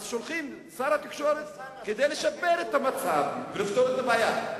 אז שולחים את שר התקשורת כדי לשפר את המצב ולפתור את הבעיה.